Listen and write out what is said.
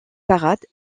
parade